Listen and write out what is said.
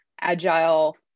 agile